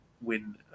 win